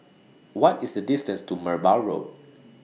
What IS The distance to Merbau Road